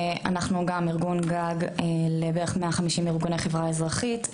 אנחנו גם ארגון גג לבערך 150 ארגוני חברה אזרחית,